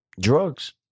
Drugs